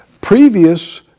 Previous